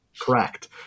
correct